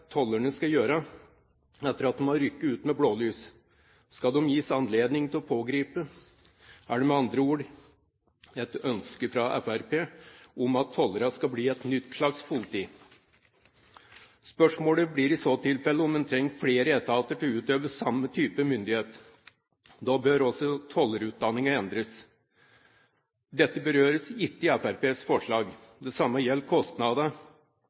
tollerne skal gjøre etter at de har rykket ut med blålys? Skal de gis anledning til å pågripe? Er det med andre ord et ønske fra Fremskrittspartiet om at tollerne skal bli et nytt slags politi? Spørsmålet blir i så tilfelle om man trenger flere etater til å utøve samme type myndighet. Da bør også tollerutdanningen endres. Dette berøres ikke i Fremskrittspartiets forslag. Det samme gjelder kostnader